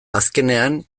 azkenean